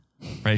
right